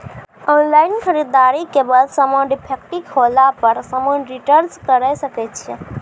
Online खरीददारी के बाद समान डिफेक्टिव होला पर समान रिटर्न्स करे सकय छियै?